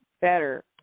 better